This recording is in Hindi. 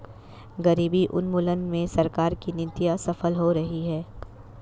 गरीबी उन्मूलन में सरकार की नीतियां सफल हो रही हैं